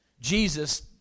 Jesus